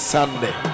Sunday